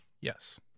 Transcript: Yes